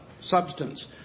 substance